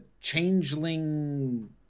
changeling